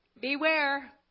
Beware